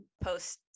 post